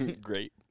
Great